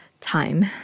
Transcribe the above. time